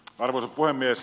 arvoisa puhemies